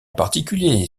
particulier